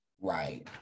Right